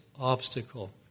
obstacle